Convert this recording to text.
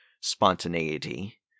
spontaneity